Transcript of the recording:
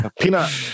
Peanut